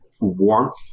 warmth